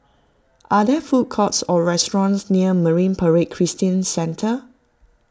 are there food courts or restaurants near Marine Parade Christian Centre